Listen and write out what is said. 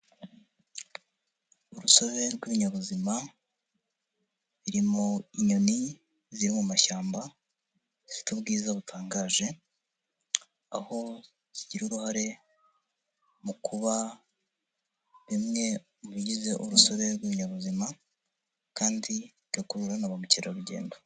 Urusobe rw'ibinyabuzima, birimo inyoni ziri mu mashyamba, zifite ubwiza butangaje, aho zigira uruhare mu kuba bimwe mu bigize urusobe rw'ibinyabuzima kandi bigakurura na bamukerarugendo.